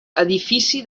edifici